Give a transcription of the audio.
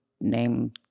name